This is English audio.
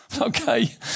okay